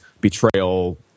betrayal